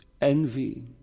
envy